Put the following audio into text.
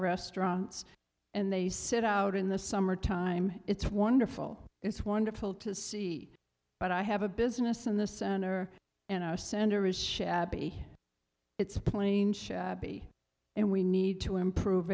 restaurants and they sit out in the summer time it's wonderful it's wonderful to see but i have a business in the center and a center is shabby it's plenty and we need to improve